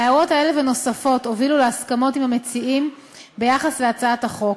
הערות אלה ונוספות הובילו להסכמות עם המציעים ביחס להצעת החוק.